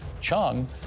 Chung